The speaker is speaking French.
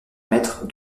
maîtres